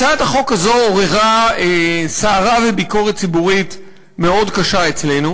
הצעת החוק הזו עוררה סערה וביקורת ציבורית מאוד קשה אצלנו,